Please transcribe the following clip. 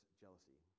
jealousy